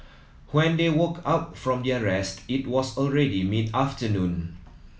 when they woke up from their rest it was already mid afternoon